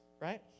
right